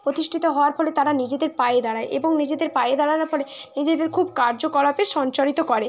প্রতিষ্ঠিত হওয়ার ফলে তারা নিজেদের পায়ে দাঁড়ায় এবং নিজেদের পায়ে দাঁড়ানোর ফলে এই যে এদের খুব কার্যকলাপে সঞ্চারিত করে